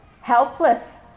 helpless